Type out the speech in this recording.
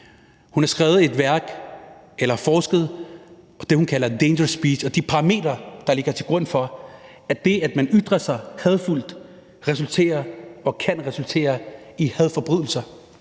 Hun har forsket i det, hun kalder dangerous speech, og de parametre, der ligger til grund for, at det, at man ytrer sig hadefuldt, resulterer eller kan resultere i hadforbrydelser.